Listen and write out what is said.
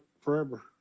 forever